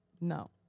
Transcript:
No